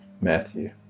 Matthew